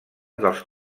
dels